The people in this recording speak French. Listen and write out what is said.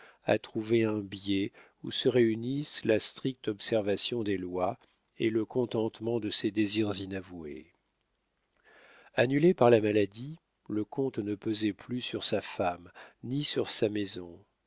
à trouver un biais où se réunissent la stricte observation des lois et le contentement de ses désirs inavoués annulé par la maladie le comte ne pesait plus sur sa femme ni sur sa maison